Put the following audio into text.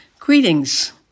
Greetings